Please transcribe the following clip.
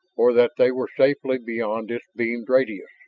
or that they were safely beyond its beamed radius.